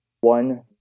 one